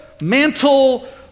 mantle